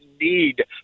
need